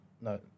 No